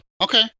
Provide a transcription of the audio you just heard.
okay